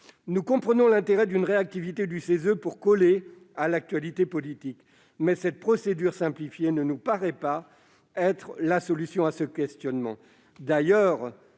Nous comprenons l'intérêt d'une réactivité du CESE pour coller à l'actualité politique, mais cette procédure simplifiée ne nous paraît pas la solution. D'ailleurs, on peut